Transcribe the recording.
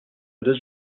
deux